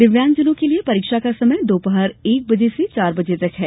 दिव्यांगों के लिए परीक्षा का समय दोपहर एक से चार बजे तक है